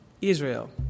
Israel